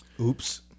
Oops